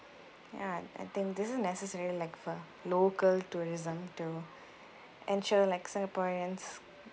ya I think this is necessary like for local tourism to ensure like singaporeans